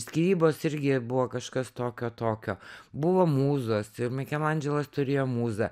skyrybos irgi buvo kažkas tokio tokio buvo mūzos i mikelandželas turėjo mūzą